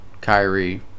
Kyrie